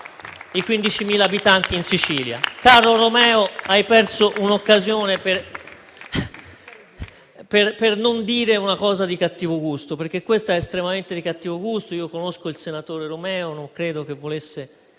i 15.000 abitanti in Sicilia. Caro Romeo, hai perso un'occasione per non dire una cosa di cattivo gusto, perché questa è estremamente di cattivo gusto. Conosco il senatore Romeo e non credo che volesse